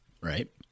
Right